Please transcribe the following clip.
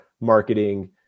marketing